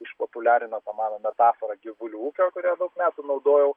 išpopuliarino tą mano metaforą gyvulių ūkio kurią daug metų naudojau